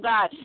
God